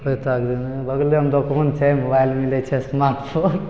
बगलेमे दोकान छै मोबाइल मिलै छै इस्मार्ट फोन